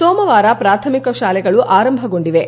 ಸೋಮವಾರ ಪ್ರಾಥಮಿಕ ಶಾಲೆಗಳು ಆರಂಭಗೊಂಡಿವೆ